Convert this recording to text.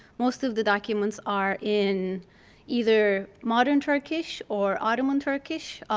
most of the documents are in either modern turkish or ottoman turkish,